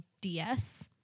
ds